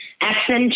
accent